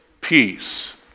Peace